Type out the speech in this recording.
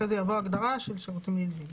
אחר כך תבוא הגדרה של שירותים נלווים.